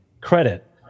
credit